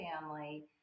family